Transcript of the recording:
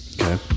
Okay